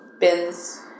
bins